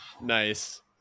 Nice